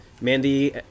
Mandy